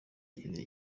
akinira